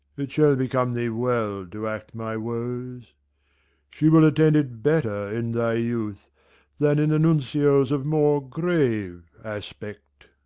it shall become thee well to act my woes she will attend it better in thy youth than in a nuncio's of more grave aspect.